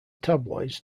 tabloids